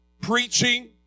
preaching